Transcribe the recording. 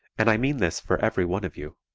and i mean this for every one of you.